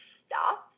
stop